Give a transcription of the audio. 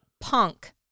punk